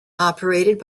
operated